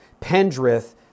Pendrith